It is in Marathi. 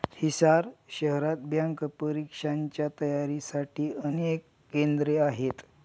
हिसार शहरात बँक परीक्षांच्या तयारीसाठी अनेक केंद्रे आहेत